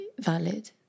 valid